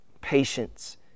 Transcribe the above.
patience